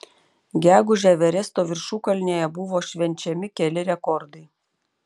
gegužę everesto viršukalnėje buvo švenčiami keli rekordai